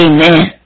Amen